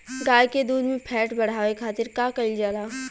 गाय के दूध में फैट बढ़ावे खातिर का कइल जाला?